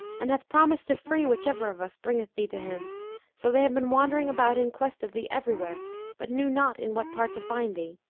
and hath promised to free whichever of us bringeth thee to him so they have been wandering about in quest of thee everywhere but knew not in what part to find thee.